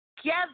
together